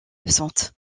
absente